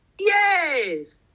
Yes